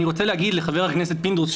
אני רוצה להגיד לחבר הכנסת פינדרוס,